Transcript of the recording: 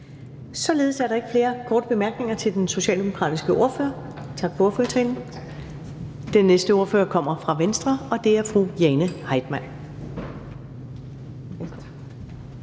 Således er der ikke flere korte bemærkninger til den socialdemokratiske ordfører. Tak for ordførertalen. Den næste ordfører kommer fra Venstre, og det er fru Jane Heitmann.